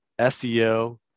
SEO